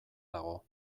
dago